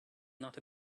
not